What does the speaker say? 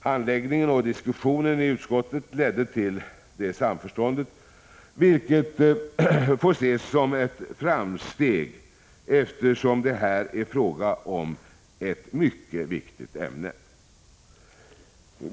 Handläggningen och diskussionen i utskottet ledde till detta samförstånd, vilket får ses som ett framsteg, eftersom det här är fråga om ett mycket viktigt ämne.